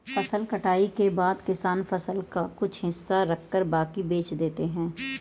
फसल कटाई के बाद किसान फसल का कुछ हिस्सा रखकर बाकी बेच देता है